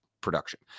production